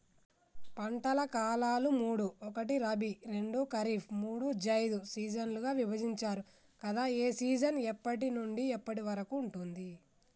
పంటల కాలాలు మూడు ఒకటి రబీ రెండు ఖరీఫ్ మూడు జైద్ సీజన్లుగా విభజించారు కదా ఏ సీజన్ ఎప్పటి నుండి ఎప్పటి వరకు ఉంటుంది?